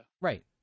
Right